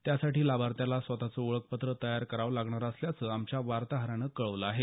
त्यासाठी लाभार्थ्याला स्वतःचं ओळखपत्र तयार करावं लागणार असल्याचं आमच्या वार्ताहरानं कळवलं आहे